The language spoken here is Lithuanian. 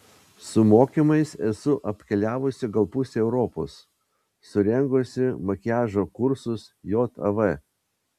su mokymais esu apkeliavusi gal pusę europos surengusi makiažo kursus jav